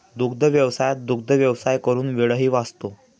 दुग्धव्यवसायात दुग्धव्यवसाय करून वेळही वाचतो